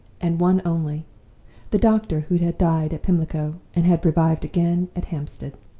and one only the doctor who had died at pimlico, and had revived again at hampstead.